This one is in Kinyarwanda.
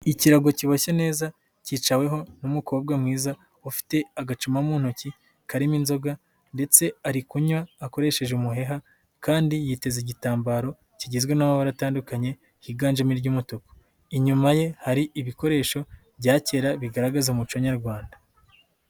Ikirago kiboshye neza, cyicaweho n'umukobwa mwiza, ufite agacuma mu ntoki karimo inzoga ndetse ari kunywa akoresheje umuheha, kandi yiteze igitambaro kigizwe n'amabara atandukanye, higanjemo iry'umutuku. Inyuma ye hari ibikoresho bya kera bigaragaza umuco nyarwanda.